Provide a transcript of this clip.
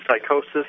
psychosis